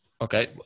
okay